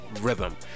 rhythm